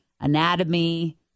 anatomy